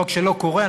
לא רק שלא קורה,